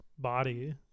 body